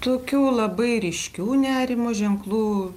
tokių labai ryškių nerimo ženklų